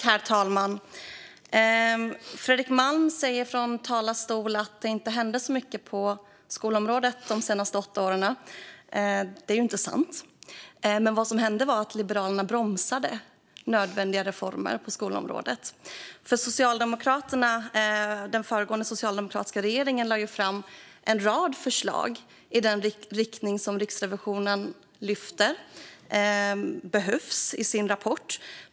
Herr talman! Fredrik Malm säger i talarstolen att det inte hände särskilt mycket på skolområdet de senaste åtta åren. Det är inte sant. Men det som hände var att Liberalerna bromsade nödvändiga reformer på skolområdet. Den socialdemokratiska regeringen lade fram en rad förslag i den riktning som Riksrevisionen lyfter fram i sin rapport.